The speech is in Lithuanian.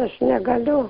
aš negaliu